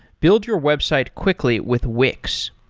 build your website quickly with wix.